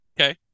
Okay